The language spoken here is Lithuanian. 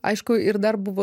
aišku ir dar buvo